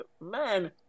man